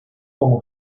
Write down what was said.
como